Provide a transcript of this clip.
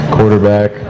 Quarterback